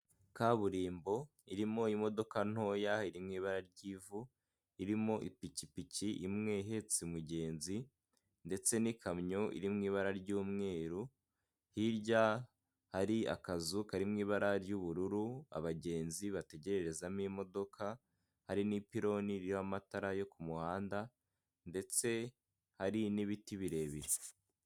Kaburimbo irimo imodoka ntoya iri mu ibara ry'ivu irimo ipikipiki imwe ihetse umugenzi ndetse n'ikamyo iri mu ibara ry'umweru hirya hari akazu karimo ibara ry'ubururu abagenzi bategererezamo imodoka hari n'ipiloni ririho amatara yo ku muhanda ndetse hari n'ibiti birebire.